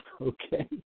Okay